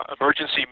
emergency